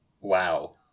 Wow